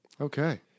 Okay